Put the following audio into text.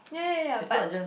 ya ya ya but